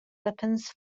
weapons